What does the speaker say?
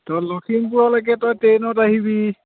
তই লখিমপুৰলৈকে তই ট্ৰেইনত আহিবি